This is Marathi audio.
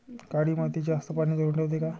काळी माती जास्त पानी धरुन ठेवते का?